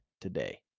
today